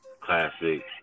Classic